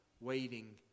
waiting